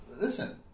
listen